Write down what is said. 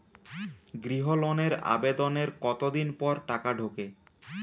গৃহ লোনের আবেদনের কতদিন পর টাকা ঢোকে?